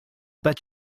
bet